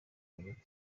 hagati